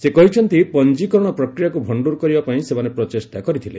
ସେ କହିଛନ୍ତି ପଞ୍ଜିକରଣ ପ୍ରକ୍ରିୟାକୁ ଭଷ୍ଣୁର କରିବା ପାଇଁ ସେମାନେ ପ୍ରଚେଷ୍ଟା କରିଥିଲେ